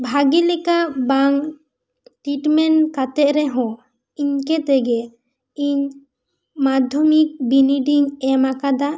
ᱵᱷᱟᱹᱜᱤ ᱞᱮᱠᱟ ᱵᱟᱝ ᱴᱤᱴᱢᱮᱱᱴ ᱠᱟᱛᱮᱜ ᱨᱮᱦᱚᱸ ᱤᱱᱠᱟᱹ ᱛᱮᱜᱮ ᱤᱧ ᱢᱟᱫᱷᱭᱚᱢᱤᱠ ᱵᱤᱱᱤᱰ ᱤᱧ ᱮᱢ ᱟᱠᱟᱫᱟ